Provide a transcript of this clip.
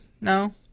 No